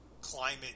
climate